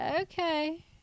okay